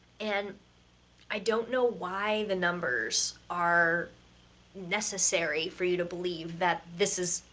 and i don't know why the numbers are necessary for you to believe that this is,